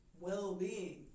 well-being